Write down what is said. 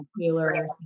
Taylor